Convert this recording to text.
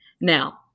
now